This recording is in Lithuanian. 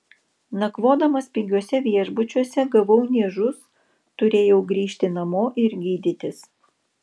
nakvodamas pigiuose viešbučiuose gavau niežus turėjau grįžti namo ir gydytis